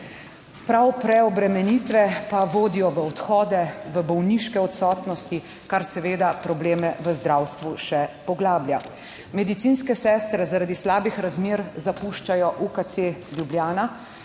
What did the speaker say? Prav preobremenitve pa vodijo v odhode, v bolniške odsotnosti, kar seveda probleme v zdravstvu še poglablja. Medicinske sestre, zaradi slabih razmer zapuščajo UKC Ljubljana.